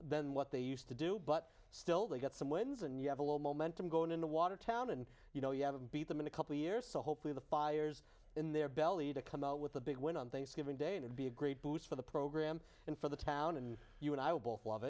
than what they used to do but still they get some wins and you have a little momentum going into watertown and you know you have beat them in a couple years so hopefully the fires in their belly to come out with a big win on thanksgiving day and be a great boost for the program and for the town and you and i will both love